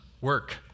work